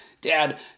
Dad